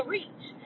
reach